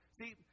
See